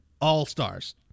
all-stars